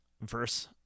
Verse